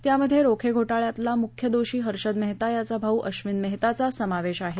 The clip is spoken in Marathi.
त्यामध्ये रोखे घोटाळ्यातला मुख्य दोषी हर्षद मेहता याचा भाऊ अश्विन मेहताचा समावेश आहे